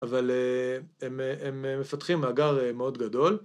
‫אבל הם מפתחים מאגר מאוד גדול.